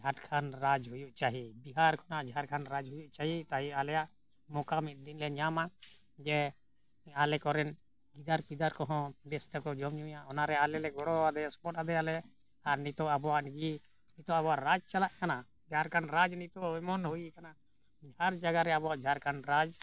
ᱡᱷᱟᱲᱠᱷᱚᱸᱰ ᱨᱟᱡᱽ ᱦᱩᱭᱩᱜ ᱪᱟᱹᱦᱤ ᱵᱤᱦᱟᱨ ᱠᱷᱚᱱᱟᱜ ᱡᱷᱟᱲᱠᱷᱚᱸᱰ ᱨᱟᱡᱽ ᱦᱩᱭᱩᱜ ᱪᱟᱹᱦᱤ ᱛᱟᱭ ᱟᱞᱮᱭᱟᱜ ᱢᱚᱠᱟ ᱢᱤᱫ ᱫᱤᱱ ᱞᱮ ᱧᱟᱢᱟ ᱡᱮ ᱟᱞᱮ ᱠᱚᱨᱮᱱ ᱜᱤᱫᱟᱹᱨ ᱯᱤᱫᱟᱹᱨ ᱠᱚᱦᱚᱸ ᱵᱮᱥ ᱛᱮᱠᱚ ᱡᱚᱢᱼᱧᱩᱭᱟ ᱚᱱᱟᱨᱮ ᱟᱞᱮᱞᱮ ᱜᱚᱲᱚ ᱟᱫᱮ ᱥᱚᱯᱚᱦᱚᱫ ᱟᱫᱮᱭᱟᱞᱮ ᱟᱨ ᱱᱤᱛᱳᱜ ᱟᱵᱚᱣᱟᱜ ᱱᱤᱡᱮ ᱱᱤᱛᱚᱜ ᱟᱵᱚᱣᱟᱜ ᱨᱟᱡᱽ ᱪᱟᱞᱟᱜ ᱠᱟᱱᱟ ᱡᱷᱟᱲᱠᱷᱚᱸᱰ ᱨᱟᱡᱽ ᱱᱤᱛᱚᱜ ᱮᱢᱚᱱ ᱦᱩᱭᱟᱠᱟᱱᱟ ᱦᱟᱨ ᱡᱟᱭᱜᱟ ᱨᱮ ᱟᱵᱚᱣᱟᱜ ᱡᱷᱟᱲᱠᱷᱚᱸᱰ ᱨᱟᱡᱽ